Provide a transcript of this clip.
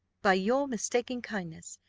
by your mistaken kindness,